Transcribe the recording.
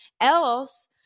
else